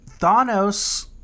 Thanos